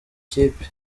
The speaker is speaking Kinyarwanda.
ikipe